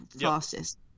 fastest